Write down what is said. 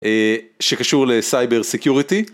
שקשור לסייבר סיקיוריטי